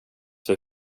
för